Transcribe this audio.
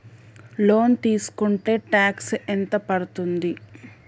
Loan తీస్కుంటే tax ఎంత పడ్తుంది?